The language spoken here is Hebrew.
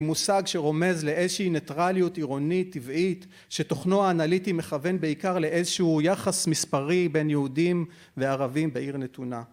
מושג שרומז לאיזושהי ניטרליות עירונית טבעית שתוכנו האנליטי מכוון בעיקר לאיזשהו יחס מספרי בין יהודים וערבים בעיר נתונה